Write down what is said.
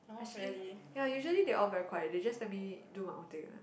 actually ya usually they all very quiet they just let me do my own thing one